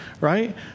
right